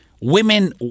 Women